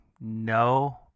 No